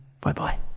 bye-bye